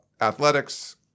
athletics